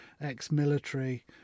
ex-military